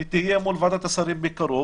והיא תהיה מול ועדת השרים בקרוב,